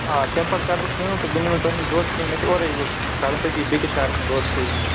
آ تَمہِ پتہٕ کَرٕ بہٕ کٲم تہٕ بہٕ نِمہٕ نہٕ تۄہہِ نِش دۄد کیٚنٛہہ مےٚ چھُ اورے وۅنۍ کَرُن تٔتی بیٚیِس شہرس منٛز دۄد صحیح